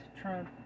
Trump